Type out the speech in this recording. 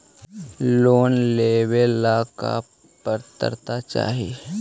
Loan लेवेला का पात्रता चाही?